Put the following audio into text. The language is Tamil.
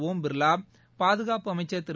ஓம் பிர்லா பாதுகாப்பு அமைச்சா் திரு